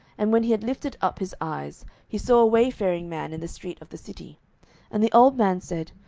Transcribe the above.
and when he had lifted up his eyes, he saw a wayfaring man in the street of the city and the old man said,